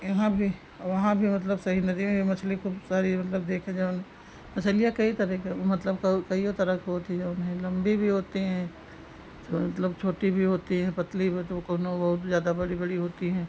यहाँ भी और वहाँ भी मतलब सई नदी में भी मछली खूब सारी मतलब देखने जो मछलियाँ कई तरह के मतलब कइयो तरह की होत ही जो हैं लंबी भी होती हैं थोड़ा मतलब छोटी भी होती हैं पतली भी होती वह कोनो बहुत ज़्यादा बड़ी बड़ी होती हैं